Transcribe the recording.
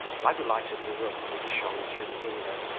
by the light of the room, which shone through the window,